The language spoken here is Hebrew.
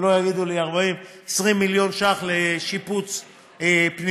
שלא יגידו לי 40, 20 מיליון ש"ח לשיפוץ פנימיות.